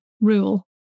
rule